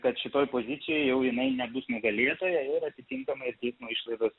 kad šitoj pozicijoj jau jinai nebus nugalėtoja ir atitinkamai ir teismo išlaidos